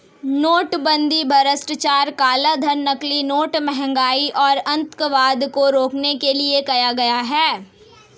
नोटबंदी भ्रष्टाचार, कालाधन, नकली नोट, महंगाई और आतंकवाद को रोकने के लिए किया गया